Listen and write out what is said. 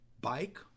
bike